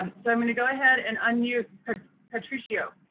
um so i'm going to go ahead and unmute patricio.